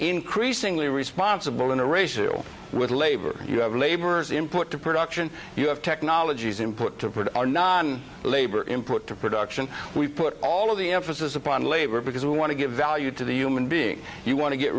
increasingly responsible in a ratio with labor you have laborers input to production you have technologies input to put our non labor input to production we put all of the emphasis upon labor because we want to give value to the human being you want to get